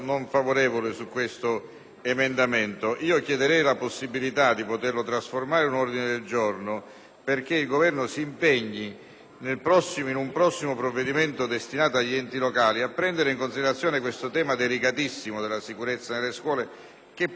perche´ il Governo si impegni, in un prossimo provvedimento destinato agli enti locali, a prendere in considerazione questo tema delicatissimo della sicurezza delle scuole, che puo essere assolto dagli enti locali qualora vengano messi nelle condizioni di poter spendere le risorse a loro